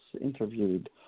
interviewed